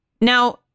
Now